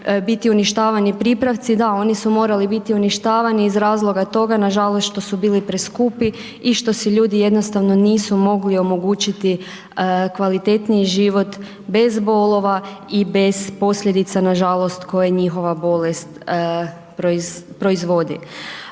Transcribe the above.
biti uništavani pripravci, da, oni su morali biti uništavani iz razloga toga nažalost što su bili preskupi i što si ljudi jednostavno nisu mogli omogućiti kvalitetniji život bez bolova i bez posljedica nažalost, koje njihova bolest proizvodi.